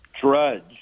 Drudge